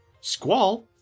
Squall